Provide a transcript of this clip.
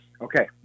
Okay